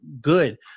good